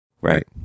Right